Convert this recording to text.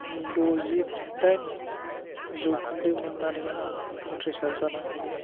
दजिदाइन जौखोन्दो मोननानै आं उथ्रिसार जानो हायो